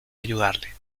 ayudarle